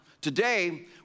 today